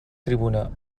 tribuna